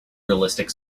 realistic